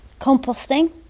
Composting